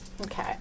Okay